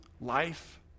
life